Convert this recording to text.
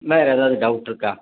வேறு எதாவது டவுட் இருக்கா